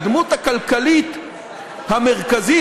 הדמות הכלכלית המרכזית,